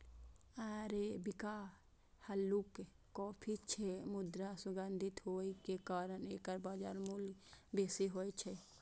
arabica हल्लुक coffee छियै, मुदा सुगंधित होइ के कारण एकर बाजार मूल्य बेसी होइ छै